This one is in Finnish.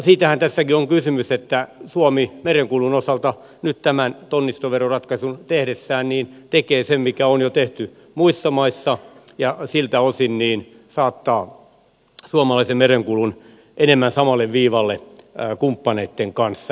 siitähän tässäkin on kysymys että suomi merenkulun osalta nyt tämän tonnistoveroratkaisun tehdessään tekee sen mikä on jo tehty muissa maissa ja siltä osin saattaa suomalaisen merenkulun enemmän samalle viivalle kumppaneitten kanssa